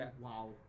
wow